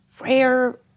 rare